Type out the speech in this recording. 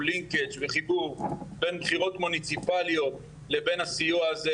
חיבור בין בחירות מוניציפליות לבין הסיוע הזה.